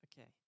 Okay